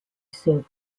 served